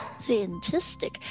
Fantastic